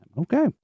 Okay